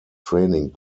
training